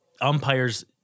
umpires